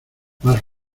más